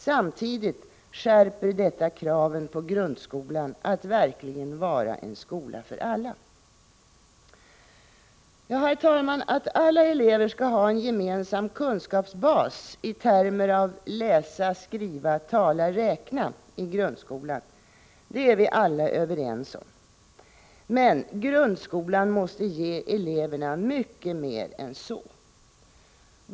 Samtidigt skärper detta kraven på grundskolan att verkligen vara en skola för alla.” Herr talman! Att alla elever skall ha en gemensam kunskapsbas i termerna läsa — skriva — tala — räkna i grundskolan är vi alla överens om. Men grundskolan måste ge eleverna mycket mer än så.